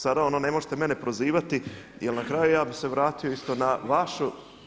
Sada ono ne možete mene prozivati jel na kraju ja bi se vratio isto na vašu.